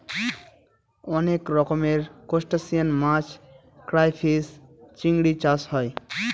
অনেক রকমের ত্রুসটাসিয়ান মাছ ক্রাইফিষ, চিংড়ি চাষ হয়